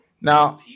Now